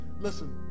listen